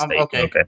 Okay